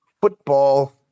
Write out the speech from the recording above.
Football